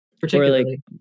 particularly